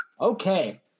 Okay